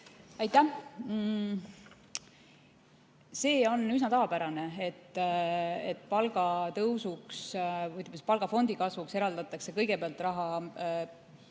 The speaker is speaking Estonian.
Aitäh! See on üsna tavapärane, et palgatõusuks või, ütleme, palgafondi kasvuks eraldatakse kõigepealt raha